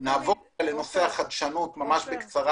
לדוגמה